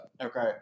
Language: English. Okay